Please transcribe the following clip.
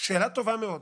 שאלה טובה מאוד.